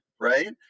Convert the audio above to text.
Right